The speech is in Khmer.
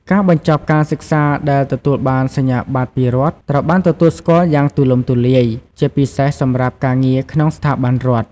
ការបញ្ចប់ការសិក្សាដែលទទួលបានសញ្ញាបត្រពីរដ្ឋត្រូវបានទទួលស្គាល់យ៉ាងទូលំទូលាយ ជាពិសេសសម្រាប់ការងារក្នុងស្ថាប័នរដ្ឋ។